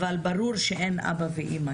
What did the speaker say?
אבל ברור שאין כנראה אבא ואימא